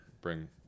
bring